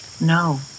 No